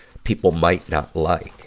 people might not like.